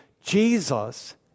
Jesus